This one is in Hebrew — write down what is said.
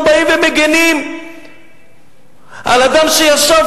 הם באים ומגינים על אדם שישב